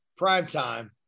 primetime